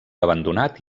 abandonat